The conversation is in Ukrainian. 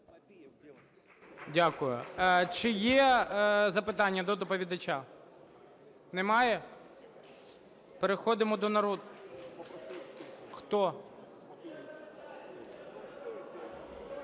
Дякую. Чи є запитання до доповідача? Немає. Переходимо… (Шум у залі) Хто?